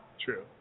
True